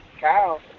Kyle